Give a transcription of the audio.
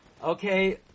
Okay